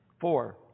Four